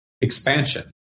expansion